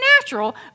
natural